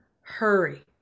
hurry